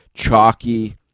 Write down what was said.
chalky